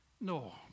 No